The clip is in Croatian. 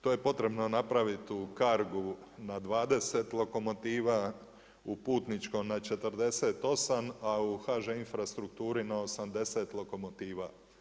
To je potrebno napraviti u kargu na 20 lokomotiva, u putničkom na 48, a u HŽ infrastrukturi na 80 lokomotiva.